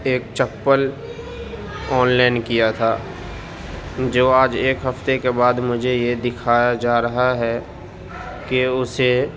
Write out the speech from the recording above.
ایک چپل online کیا تھا جو آج ایک ہفتے کے بعد مجھے یہ دکھایا جا رہا ہے کہ اسے